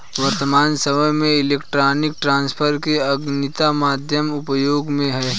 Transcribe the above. वर्त्तमान सामय में इलेक्ट्रॉनिक ट्रांसफर के अनगिनत माध्यम उपयोग में हैं